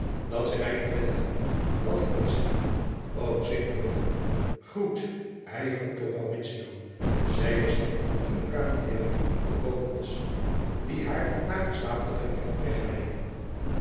dat zij mij te bed helpe want ik ben ziek o signore groet ei groet toch mauritio zeide zij toen de camieriera gekomen was die haar naar haar